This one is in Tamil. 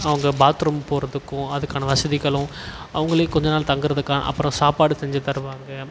அவங்க பாத்ரூம் போகிறதுக்கும் அதுக்கான வசதிகளும் அவங்களே கொஞ்ச நாள் தங்குகிறதுக்காக அப்புறம் சாப்பாடு செஞ்சு தருவாங்க